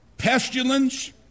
Pestilence